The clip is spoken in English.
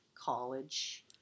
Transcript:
college